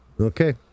Okay